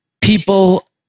people